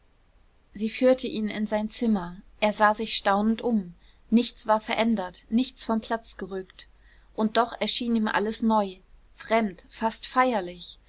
sie führte ihn in sein zimmer er sah sich staunend um nichts war verändert nichts vom platz gerückt und doch erschien ihm alles neu fremd fast feierlich